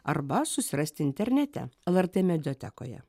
arba susirasti internete lrt mediatekoje